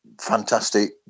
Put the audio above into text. fantastic